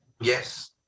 Yes